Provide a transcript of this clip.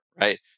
right